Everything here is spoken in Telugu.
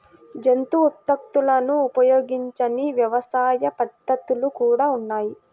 జంతు ఉత్పత్తులను ఉపయోగించని వ్యవసాయ పద్ధతులు కూడా ఉన్నాయి